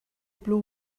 blew